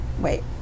Wait